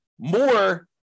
more